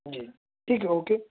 جی ٹھیک ہے اوکے